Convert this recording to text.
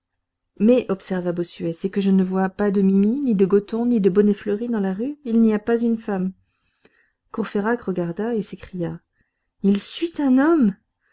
mais observa bossuet c'est que je ne vois pas de mimi ni de goton ni de bonnet fleuri dans la rue il n'y a pas une femme courfeyrac regarda et s'écria il suit un homme